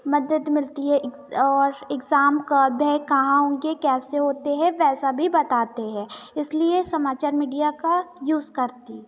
मदद मिलती है एक और इग्ज़ैम कब है कहाँ होंगे कैसे होते हैं वैसा भी बताते हैं इस लिए समाचार मीडिया का यूज़ करती हूँ